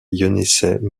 eunice